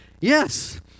Yes